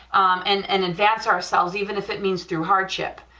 and and advance ourselves even if it means through hardship,